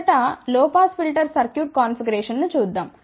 మొదట low pass filter circuit కాన్ఫిగరేషన్ను చూద్దాం